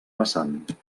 vessant